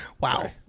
Wow